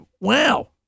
wow